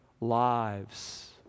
lives